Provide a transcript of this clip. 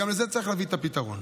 גם לזה צריך להביא את הפתרון.